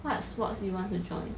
what sports do you want to join